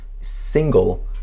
single